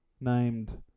named